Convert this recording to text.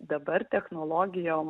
dabar technologijom